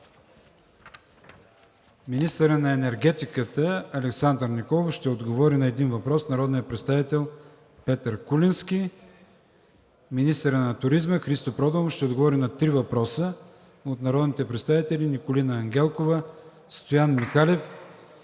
министърът на енергетиката Александър Николов ще отговори на един въпрос от народния представител Петър Куленски; - министърът на туризма Христо Проданов ще отговори на три въпроса от народните представители Николина Ангелкова; Стоян Михалев